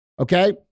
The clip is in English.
Okay